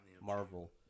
marvel